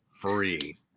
free